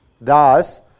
Thus